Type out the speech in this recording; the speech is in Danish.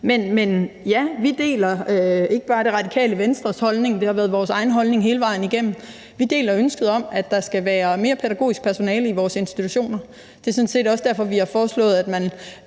Men ja, vi deler ikke bare Det Radikale Venstres holdning, det har været vores egen holdning hele vejen igennem. Vi deler ønsket om, at der skal være mere pædagogisk personale i vores institutioner. Det er sådan set også derfor, vi har foreslået, at man